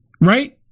right